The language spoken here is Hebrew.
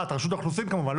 רשות האוכלוסין כמובן.